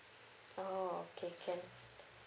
oh okay can